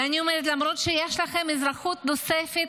ואני אומרת, למרות שיש יש לכם אזרחות נוספת,